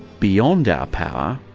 beyond our power,